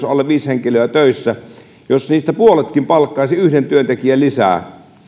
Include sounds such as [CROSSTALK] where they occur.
[UNINTELLIGIBLE] alle viisi henkilöä töissä puoletkin palkkaisivat yhden työntekijän lisää